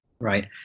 right